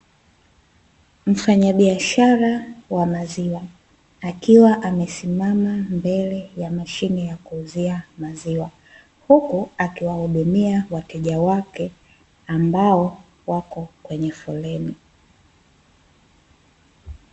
Mfanyabiashara wa maziwa, akiwa amesimama mbele ya mashine ya kuuzia maziwa, huku akiwahudumia wateja wake , ambao wako kwenye foleni.